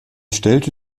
stellte